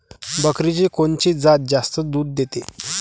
बकरीची कोनची जात जास्त दूध देते?